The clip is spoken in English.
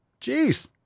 Jeez